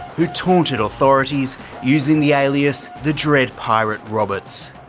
who taunted authorities using the alias the dread pirate roberts.